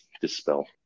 dispel